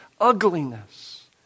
ugliness